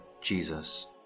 Jesus